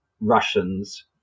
Russians